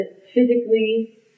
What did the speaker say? physically